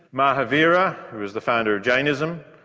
mahavira, who is the founder of jainism,